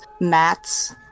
mats